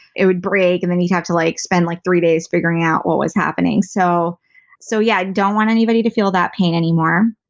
it would break and then you talk to like, spend like three days figuring out what was happening. so so yeah, i don't want anybody to feel that pain anymore.